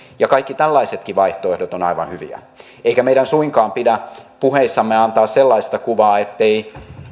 ja kaikki tällaisetkin vaihtoehdot ovat aivan hyviä ei meidän suinkaan pidä puheissamme antaa sellaista kuvaa